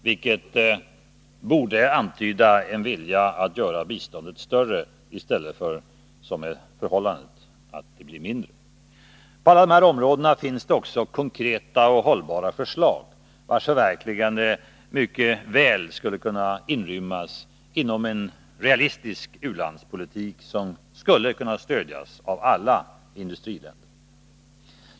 Det borde antyda en vilja att göra biståndet större i stället för, som nu sker, mindre. På alla dessa områden finns det konkreta och hållbara förslag, vilkas förverkligande mycket väl skulle kunna inrymmas i en realistisk u-landspolitik som stöds av alla industriländer.